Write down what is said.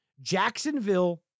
Jacksonville